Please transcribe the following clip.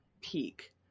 peak